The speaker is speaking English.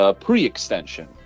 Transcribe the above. pre-extension